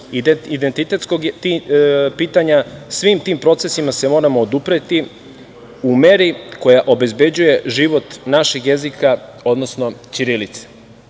identitetskog pitanja, svim tim procesima se moramo odupreti u meri koja obezbeđuje život našeg jezika, odnosno ćirilice. Jasno